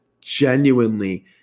genuinely